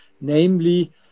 namely